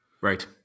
Right